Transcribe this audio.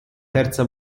terza